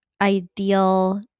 ideal